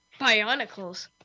bionicles